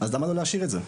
למה לא להשאיר את זה?